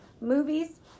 Movies